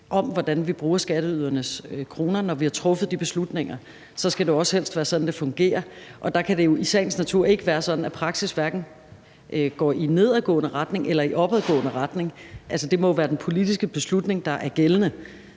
om, hvordan vi bruger skatteydernes kroner, og når vi har truffet de beslutninger, skal det jo helst også være sådan, det fungerer. Og der kan det jo i sagens natur ikke være sådan, at praksis går i hverken nedadgående eller opadgående retning. Det må jo være den politiske beslutning, der er gældende,